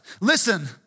Listen